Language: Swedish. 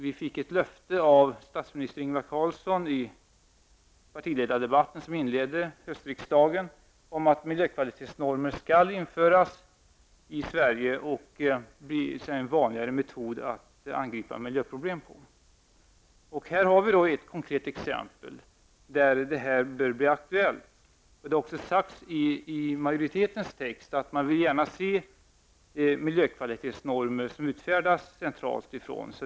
Vi fick under den partiledardebatt som inledde höstriksdagen ett löfte från statsminister Ingvar Carlsson att miljökvalitetsnormer skall införas i Sverige och bli en vanligare metod att angripa miljöproblem med. Här har vi ett konkret exempel där detta bör bli aktuellt. I majoritetens skrivning sägs också att man gärna vill se miljökvalitetsnormer som utfärdas centralt.